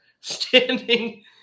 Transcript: standing